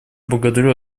благодарю